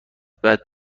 بعد